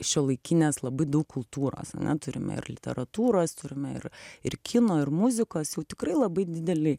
šiuolaikinės labai daug kultūros ane turime ir literatūros turime ir ir kino ir muzikos jau tikrai labai didelį